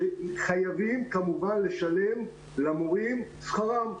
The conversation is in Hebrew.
שחייבים כמובן לשלם למורים את שכרם.